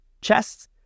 Chests